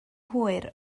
hwyr